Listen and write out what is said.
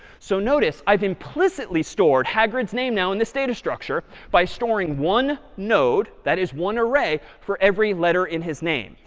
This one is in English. so notice, i've implicitly stored hagrid name now in this data structure by storing one node, that is one array, for every letter in his name.